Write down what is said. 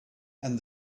and